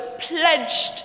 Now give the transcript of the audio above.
pledged